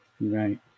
Right